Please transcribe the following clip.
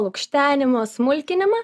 lukštenimą smulkinimą